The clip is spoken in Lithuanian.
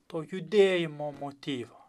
to judėjimo motyvo